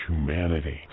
humanity